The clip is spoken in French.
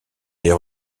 des